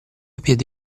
piedi